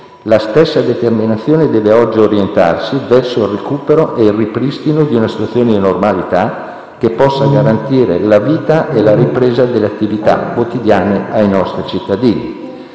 La stessa determinazione deve oggi orientarsi verso il recupero e il ripristino di una situazione di normalità che possa garantire la vita e la ripresa delle attività quotidiane ai nostri cittadini.